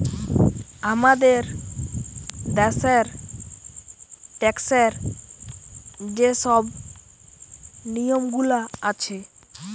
আমাদের দ্যাশের ট্যাক্সের যে শব নিয়মগুলা আছে